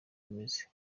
bimeze